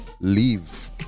Leave